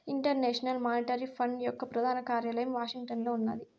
international monetary fund యొక్క ప్రధాన కార్యాలయం వాషింగ్టన్లో ఉన్నాది